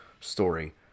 story